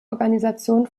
organisation